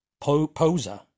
poser